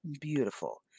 beautiful